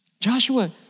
Joshua